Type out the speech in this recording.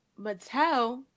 Mattel